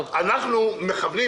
אנחנו רוצים להפעיל את התוכנית הזאת,